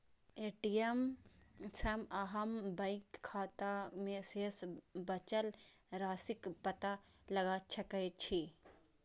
ATM सं अहां bank खाता मे शेष बचल राशिक पता लगा सकै छी